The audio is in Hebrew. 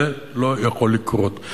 זה לא יכול לקרות.